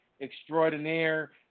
extraordinaire